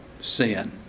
sin